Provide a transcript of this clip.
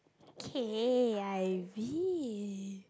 K_I_V